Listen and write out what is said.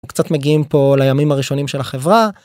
קצת מגיעים פה לימים הראשונים של החברה.